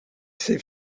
ses